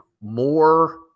more